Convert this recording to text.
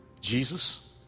Jesus